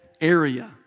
area